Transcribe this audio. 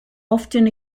often